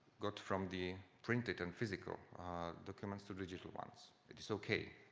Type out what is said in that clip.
got from the printed and physical documents to digital ones. it is okay.